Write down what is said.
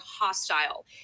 hostile